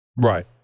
Right